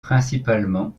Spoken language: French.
principalement